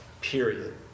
Period